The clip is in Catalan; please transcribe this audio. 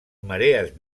marees